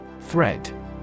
Thread